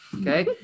Okay